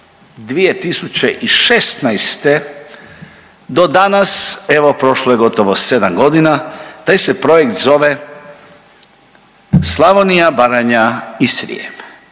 2016. do danas evo prošlo je gotovo sedam godina, taj se projekt zove Slavonija, Baranja i Srijem.